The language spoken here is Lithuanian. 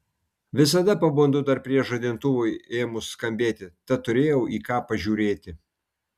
visada pabundu dar prieš žadintuvui ėmus skambėti tad turėjau į ką pažiūrėti